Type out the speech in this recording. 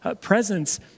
presence